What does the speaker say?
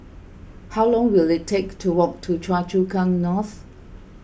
how long will it take to walk to Choa Chu Kang North